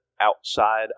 outside